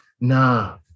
nah